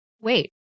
wait